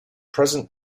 present